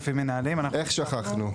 איך שכחנו.